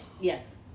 Yes